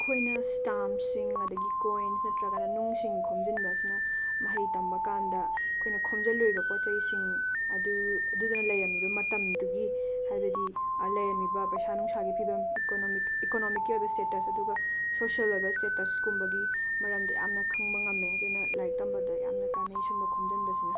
ꯑꯩꯈꯣꯏꯅ ꯁ꯭ꯇꯥꯝꯁꯤꯡ ꯑꯗꯒꯤ ꯀꯣꯏꯟꯁ ꯅꯠꯇ꯭ꯔꯒꯅ ꯅꯨꯡꯁꯤꯡ ꯈꯣꯝꯖꯤꯟꯕ ꯑꯁꯤꯅ ꯃꯍꯩ ꯇꯝꯕꯀꯥꯟꯗ ꯑꯩꯈꯣꯏꯅ ꯈꯣꯝꯖꯜꯂꯨꯔꯤꯕ ꯄꯣꯠ ꯆꯩꯁꯤꯡ ꯑꯗꯨ ꯑꯗꯨꯗꯨꯅ ꯂꯩꯔꯝꯃꯤꯕ ꯃꯇꯝꯗꯨꯒꯤ ꯍꯥꯏꯕꯗꯤ ꯂꯩꯔꯝꯃꯤꯕ ꯄꯩꯁꯥ ꯅꯨꯡꯁꯥꯒꯤ ꯐꯤꯕꯝ ꯏꯀꯣꯅꯣꯃꯤꯛ ꯏꯀꯣꯅꯣꯃꯤꯛꯀꯤ ꯑꯣꯏꯕ ꯁ꯭ꯇꯦꯇꯁ ꯑꯗꯨꯒ ꯁꯣꯁꯜ ꯑꯣꯏꯕ ꯁ꯭ꯇꯦꯇꯁꯀꯨꯝꯕꯒꯤ ꯃꯔꯝꯗ ꯌꯥꯝꯅ ꯈꯪꯕ ꯉꯝꯃꯦ ꯑꯗꯨꯅ ꯂꯥꯏꯔꯤꯛ ꯇꯝꯕꯗ ꯌꯥꯝꯅ ꯀꯥꯟꯅꯩ ꯁꯨꯝꯕ ꯈꯣꯝꯖꯟꯕꯁꯤꯅ